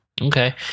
Okay